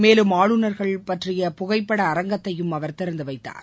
மேலும் ஆளுநா்கள் பற்றிய புகைப்பட அரங்கத்தையும் அவர் திறந்து வைத்தார்